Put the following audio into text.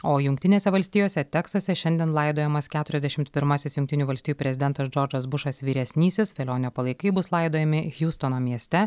o jungtinėse valstijose teksase šiandien laidojamas keturiasdešimt pirmasis jungtinių valstijų prezidentas džordžas bušas vyresnysis velionio palaikai bus laidojami hiustono mieste